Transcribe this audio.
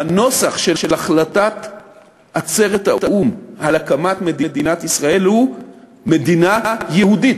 הנוסח של החלטת עצרת האו"ם על הקמת מדינת ישראל הוא מדינה יהודית,